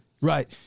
Right